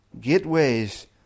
gateways